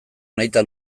nahita